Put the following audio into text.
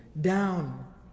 down